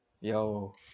Yo